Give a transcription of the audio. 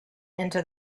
into